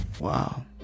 Wow